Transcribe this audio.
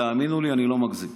תאמינו לי, אני לא מגזים.